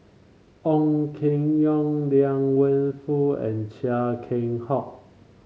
Ong Keng Yong Liang Wenfu and Chia Keng Hock